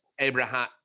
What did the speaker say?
Abraham